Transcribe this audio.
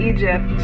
Egypt